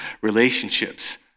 relationships